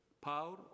power